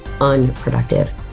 unproductive